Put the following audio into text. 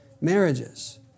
marriages